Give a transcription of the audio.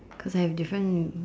cause I have different